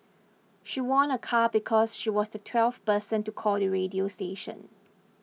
she won a car because she was the twelfth person to call the radio station